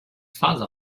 father